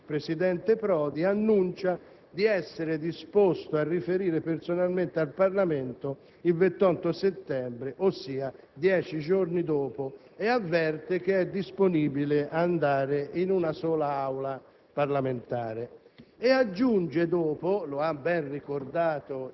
Il 19 settembre, sempre il presidente Prodi, annuncia di essere disposto a riferire personalmente in Parlamento il 28 settembre, dieci giorni dopo, e avverte di essere disponibile ad andare in una sola Aula parlamentare.